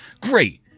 great